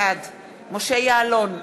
בעד משה יעלון,